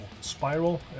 Spiral